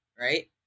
right